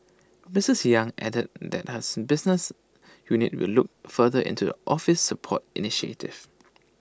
Misters yang added that her's business unit will look further into the office's support initiatives